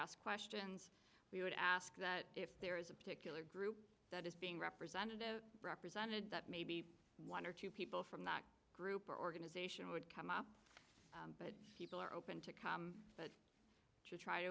ask questions we would ask that if there is a particular group that is being representative represented that maybe one or two people from that group or organization would come up that people are open to come but try to